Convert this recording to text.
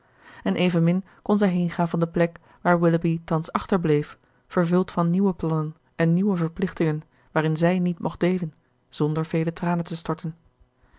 en evenmin kon zij heengaan van de plek waar willoughby thans achterbleef vervuld van nieuwe plannen en nieuwe verplichtingen waarin zij niet mocht deelen zonder vele tranen te storten